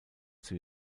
zur